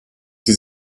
sie